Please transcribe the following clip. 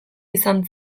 izan